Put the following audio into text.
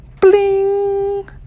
Bling